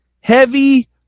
Heavy